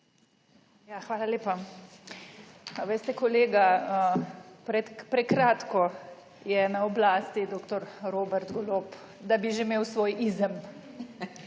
Hvala lepa. A veste, kolega, prekratko je na oblasti dr. Robert Golob, da bi že imel svoj izem.